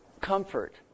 comfort